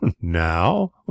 Now